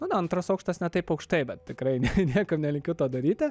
nu antras aukštas ne taip aukštai bet tikrai niekam nelinkiu to daryti